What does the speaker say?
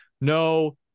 no